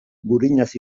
gurinaz